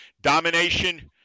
Domination